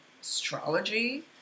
astrology